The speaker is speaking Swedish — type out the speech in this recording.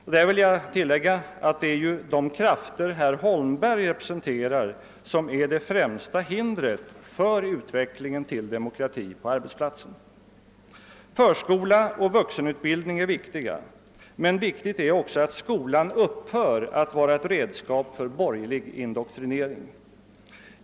Härvidlag vill jag tillägga att det ju är de krafter herr Holmberg representerar som utgör det främsta hindret för utveckling till demokrati på arbetsplatserna. Förskola och vuxenutbildning är viktiga, men det är också viktigt att skolan upphör att vara ett redskap för borgerlig indoktrinering.